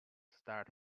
start